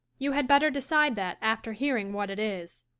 you had better, decide that after hearing what it is